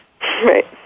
Right